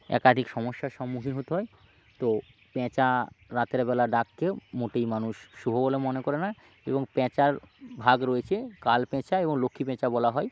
একাধিক সমস্যার সম্মুখীন হতে হয় তো প্যাঁচা রাতেরবেলা ডাককেও মোটেই মানুষ শু শুভ বলে মনে করে না এবং প্যাঁচার ভাগ রয়েছে কালপেঁচা এবং লক্ষ্মীপেঁচা বলা হয়